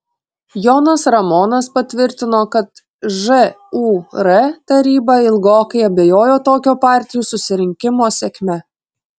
jonas ramonas patvirtino kad žūr taryba ilgokai abejojo tokio partijų susirinkimo sėkme